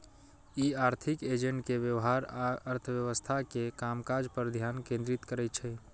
ई आर्थिक एजेंट के व्यवहार आ अर्थव्यवस्था के कामकाज पर ध्यान केंद्रित करै छै